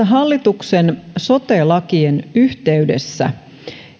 hallituksen sote lakien yhteydessä